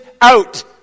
out